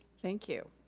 thank you.